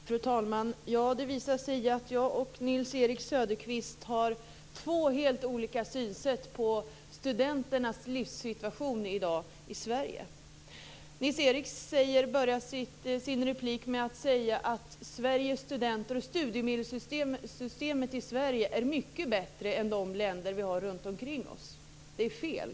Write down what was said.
Fru talman! Det visar sig att jag och Nils-Erik Söderqvist har två helt olika sätt att se på studenternas livssituation i dag i Sverige. Nils-Erik börjar sin replik med att säga att studiemedelssystemet i Sverige är mycket bättre än i de länder vi har runt omkring oss. Det är fel.